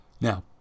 Now